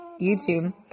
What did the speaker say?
YouTube